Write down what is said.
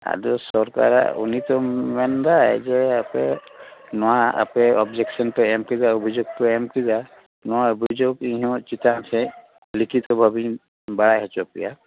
ᱟᱫᱚ ᱥᱚᱨᱠᱟᱨᱟᱜ ᱩᱱᱤ ᱛᱚ ᱢᱮᱱ ᱮᱫᱟᱭ ᱡᱮ ᱟᱯᱮ ᱱᱚᱣᱟ ᱟᱯᱮ ᱚᱵᱽᱡᱮᱠᱥᱮᱱ ᱯᱮ ᱮᱢ ᱠᱮᱫᱟ ᱚᱵᱷᱤᱡᱳᱠ ᱠᱚ ᱮᱢ ᱠᱮᱫᱟ ᱱᱚᱣᱟ ᱚᱵᱷᱤᱡᱳᱜ ᱤᱧ ᱦᱚᱸ ᱪᱮᱛᱟᱱ ᱥᱮᱡ ᱞᱤᱠᱷᱤᱛᱳ ᱵᱷᱟᱵᱮᱧ ᱵᱟᱲᱟᱭ ᱚᱪᱚ ᱯᱮᱭᱟ